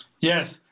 Yes